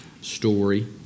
story